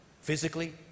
physically